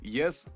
yes